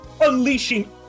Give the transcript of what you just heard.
unleashing